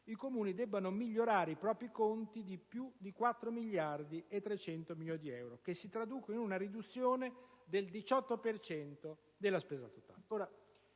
i Comuni debbano migliorare i propri conti di più di 4,3 miliardi di euro, che si traducono in una riduzione del 18 per cento della spesa totale.